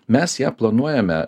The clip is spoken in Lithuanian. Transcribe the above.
mes ją planuojame